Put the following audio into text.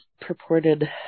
purported